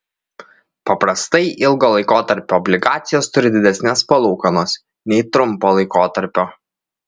paprastai ilgo laikotarpio obligacijos turi didesnes palūkanas nei trumpo laikotarpio